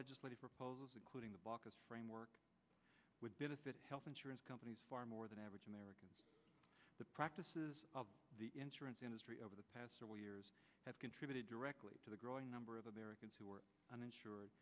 legislative proposals including the baucus framework would benefit health insurance companies far more than average american the practices of the insurance industry over the past several years have contributed directly to the growing number of americans who are uninsured